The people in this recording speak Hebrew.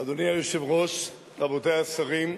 אדוני היושב-ראש, רבותי השרים,